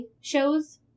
shows